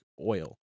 oil